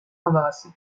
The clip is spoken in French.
embarrassée